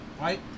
right